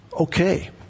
Okay